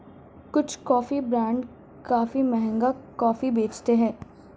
कुछ coffee brand काफी महंगी कॉफी बेचते हैं